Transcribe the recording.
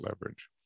leverage